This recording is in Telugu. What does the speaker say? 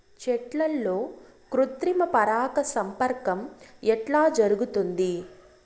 చెట్లల్లో కృత్రిమ పరాగ సంపర్కం ఎట్లా జరుగుతుంది?